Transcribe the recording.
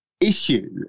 issue